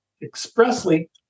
expressly